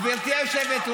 יוסי, גברתי היושבת-ראש.